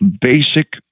basic